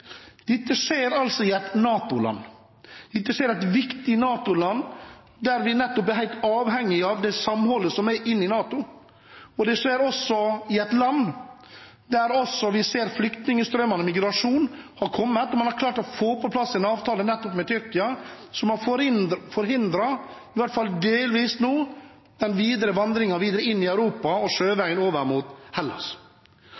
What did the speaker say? Dette skjer altså i et viktig NATO-land, der vi er helt avhengig av det samholdet som er innad i NATO. Og det skjer i et land der vi ser flyktningstrømmene, migrasjonen, og man har klart å få på plass en avtale med Tyrkia slik at man får forhindret – i hvert fall delvis – vandringen videre inn i Europa og